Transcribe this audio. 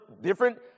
different